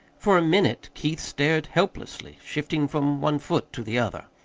for a minute keith stared helplessly, shifting from one foot to the other.